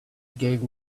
gave